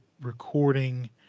recording